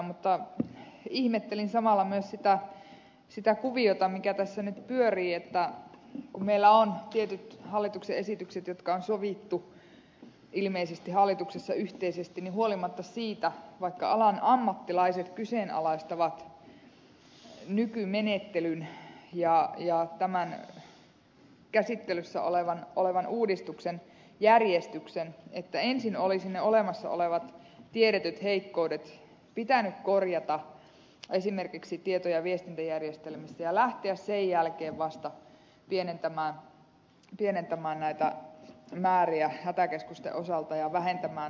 mutta ihmettelin samalla myös sitä kuviota joka tässä nyt pyörii että kun meillä on tietyt hallituksen esitykset jotka on sovittu ilmeisesti hallituksessa yhteisesti huolimatta siitä että ammattilaiset kyseenalaistavat nykymenettelyn ja tämän käsittelyssä olevan uudistuksen järjestyksen niin ensin olisi ne olemassa olevat tiedetyt heikkoudet pitänyt korjata esimerkiksi tieto ja viestintäjärjestelmissä ja lähteä sen jälkeen vasta pienentämään näitä määriä hätäkeskusten osalta ja vähentämään alueelta toimintaa